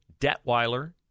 Detweiler